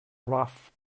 rough